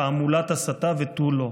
תעמולת הסתה ותו לא.